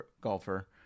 golfer